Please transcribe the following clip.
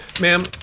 Ma'am